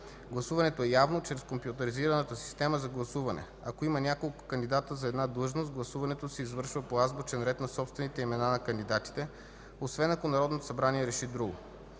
Гласуването е явно чрез компютризираната система за гласуване. Ако има няколко кандидата за една длъжност гласуването се извършва по азбучен ред на собствените имена на кандидатите, освен ако Народното събрание реши друго.